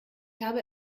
habe